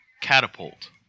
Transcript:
catapult